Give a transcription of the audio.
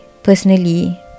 Personally